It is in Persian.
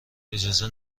اجازه